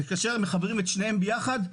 כאשר מחברים את שניהם יחד,